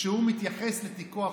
כשהוא מתייחס לתיקו הפתוח.